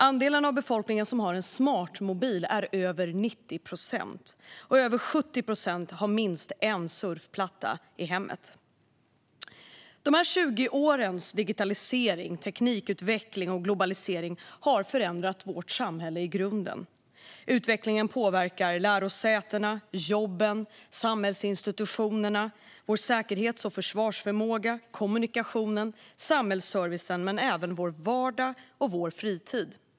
Andelen av befolkningen som har en smartmobil är över 90 procent, och över 70 procent har minst en surfplatta i hemmet. De här 20 årens digitalisering, teknikutveckling och globalisering har förändrat vårt samhälle i grunden. Utvecklingen påverkar lärosätena, jobben, samhällsinstitutionerna, vår säkerhets och försvarsförmåga, kommunikationen och samhällsservicen - men även vår vardag och vår fritid.